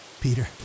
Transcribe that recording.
Peter